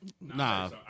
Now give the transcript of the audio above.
Nah